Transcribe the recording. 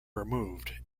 removed